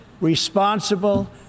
responsible